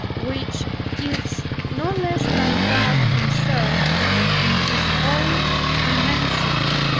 which gives no less than god himself in his own immensity,